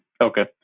Okay